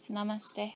Namaste